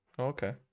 Okay